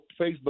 facebook